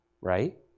right